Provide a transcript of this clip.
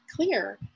clear